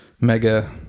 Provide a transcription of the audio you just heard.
Mega